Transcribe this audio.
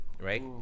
right